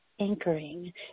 anchoring